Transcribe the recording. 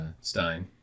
stein